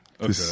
Okay